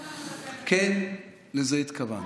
כן, לזה התכוונתי.